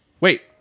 Wait